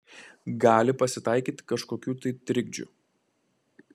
gali pasitaikyt kažkokių tai trikdžių